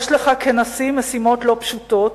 יש לך כנשיא משימות לא פשוטות,